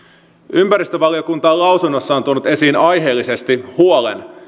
ympäristövaliokunta on lausunnossaan tuonut esiin aiheellisesti huolen